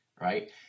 right